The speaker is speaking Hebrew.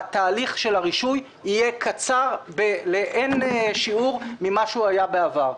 תהליך הרישוי יהיה קצר לאין שיעור ממה שהוא היה בעבר.